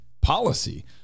policy